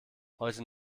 heute